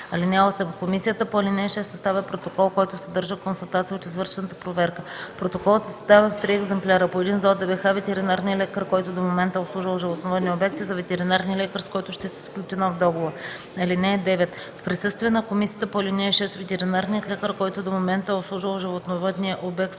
БАБХ. (8) Комисията по ал. 6 съставя протокол, който съдържа констатации от извършената проверка. Протоколът се съставя в три екземпляра – по един за ОДБХ, ветеринарния лекар, който до момента е обслужвал животновъдния обект, и за ветеринарния лекар, с който ще се сключи нов договор. (9) В присъствие на комисията по ал. 6, ветеринарният лекар, който до момента е обслужвал животновъдния обект,